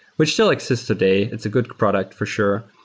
which still exist today. it's a good product, for sure.